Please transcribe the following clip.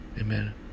amen